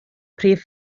prif